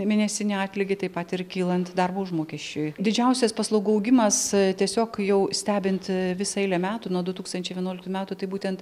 mėnesinį atlygį taip pat ir kylant darbo užmokesčiui didžiausias paslaugų augimas tiesiog jau stebint visą eilę metų nuo du tūkstančiai vienuoliktų metų tai būtent